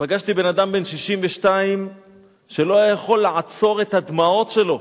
פגשתי בן-אדם בן 62 שלא היה יכול לעצור את הדמעות שלו.